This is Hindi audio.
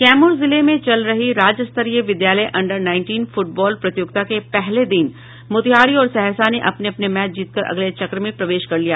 कैमूर जिले में चल रही राज्य स्तरीय विद्यालय अंडर नाईटीन फुटबॉल प्रतियोगिता के पहले दिन मोतिहारी और सहरसा ने अपने अपने मैच जीतकर अगले चक्र में प्रवेश कर लिया